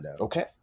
Okay